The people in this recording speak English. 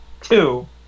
Two